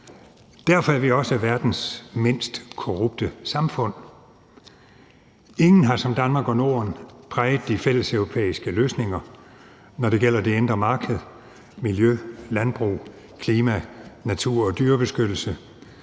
Derfor er vi også verdens mindst korrupte samfund. Ingen har som Danmark og Norden præget de fælleseuropæiske løsninger, når det gælder det indre marked, miljø, landbrug, klima, natur og dyrebeskyttelse,